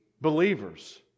believers